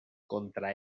contra